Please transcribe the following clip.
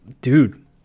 Dude